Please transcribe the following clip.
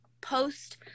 post